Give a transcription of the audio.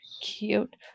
cute